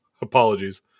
apologies